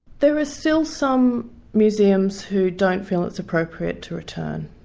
there are still some museums who don't feel it's appropriate to return,